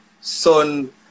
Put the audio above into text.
son